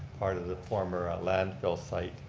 part of the former ah landfill site.